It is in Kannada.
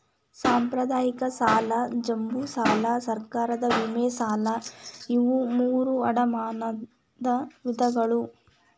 ಸಾಂಪ್ರದಾಯಿಕ ಸಾಲ ಜಂಬೂ ಸಾಲಾ ಸರ್ಕಾರದ ವಿಮೆ ಸಾಲಾ ಇವು ಮೂರೂ ಅಡಮಾನದ ವಿಧಗಳು